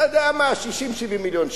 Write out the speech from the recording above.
אתה יודע מה, 60 70 מיליון שקל.